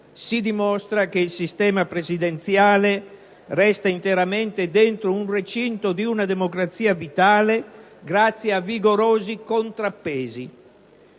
Si dimostra che il sistema presidenziale resta interamente nell'ambito di un recinto di una democrazia vitale grazie a vigorosi contrappesi.